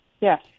Yes